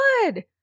good